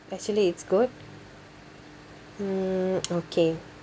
actually it's good mm okay